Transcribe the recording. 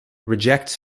rejects